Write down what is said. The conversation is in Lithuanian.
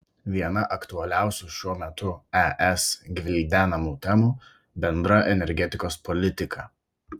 viena aktualiausių šiuo metu es gvildenamų temų bendra energetikos politika